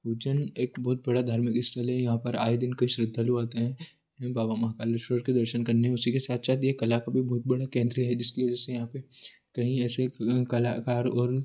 उज्जैन एक बहुत बड़ा धार्मिक स्थल है यहाँ पर आए दिन कई श्रद्धालु आते हैं बाबा महाकालेश्वर के दर्शन करने उसी के साथ साथ ये कला का भी बहुत बड़ा केंद्र है जिसकी वजह से यहाँ पे कहीं ऐसे कलाकार और